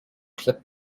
clip